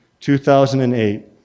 2008